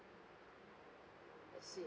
I see